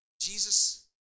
Jesus